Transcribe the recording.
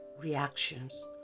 reactions